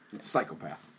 Psychopath